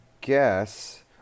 guess